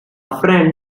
friend